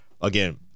again